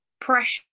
pressure